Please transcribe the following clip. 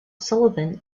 sullivan